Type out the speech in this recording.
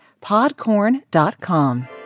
Podcorn.com